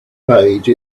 page